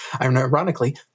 ironically